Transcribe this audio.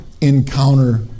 encounter